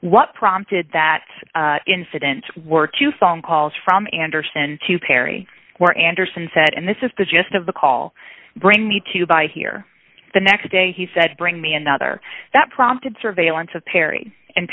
what prompted that incident were two phone calls from andersen to perry where anderson said and this is the gist of the call bring me to buy here the next day he said bring me another that prompted surveillance of perry